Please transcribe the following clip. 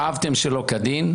שאבתם שלא כדין,